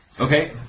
Okay